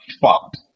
fucked